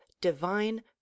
divine